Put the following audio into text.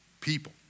people